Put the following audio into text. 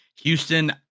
Houston